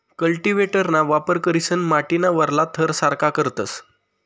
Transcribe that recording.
कल्टीव्हेटरना वापर करीसन माटीना वरला थर सारखा करतस